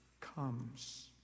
comes